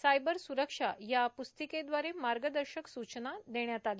cyber स्रक्षा या प्स्तीकेदवारे मार्गदर्शक स्चना देण्यात आल्या